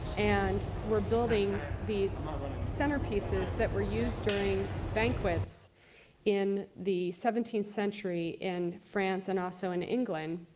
and we're building these centerpieces that were used during banquets in the seventeenth century in france and also in england.